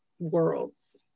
Worlds